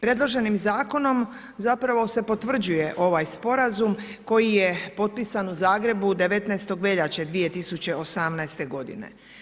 Predloženim zakonom zapravo se potvrđuje ovaj sporazum koji je potpisan u Zagrebu 19. veljače 2018. godine.